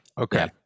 okay